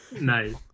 Nice